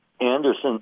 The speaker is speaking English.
Anderson